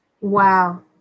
wow